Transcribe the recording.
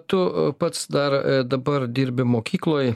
tu pats dar dabar dirbi mokykloj